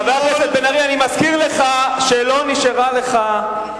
חבר הכנסת, אני מזכיר לך שלא נשארה לך קריאה.